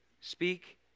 speak